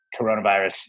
coronavirus